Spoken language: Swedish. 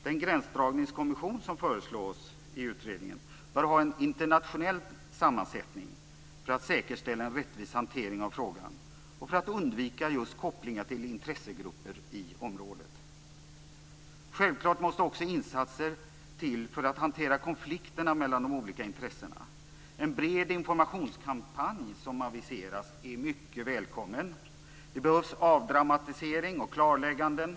Den gränsdragningskommission som föreslås i utredningen bör ha en internationell sammansättning för att säkerställa en rättvis hantering av frågan och för att undvika just kopplingar till intressegrupper i området. Självklart måste också insatser till för att hantera konflikterna mellan de olika intressena. Den breda informationskampanj som aviseras är mycket välkommen. Det behövs avdramatisering och klarlägganden.